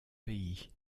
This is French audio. pays